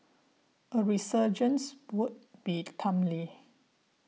a resurgence would be timely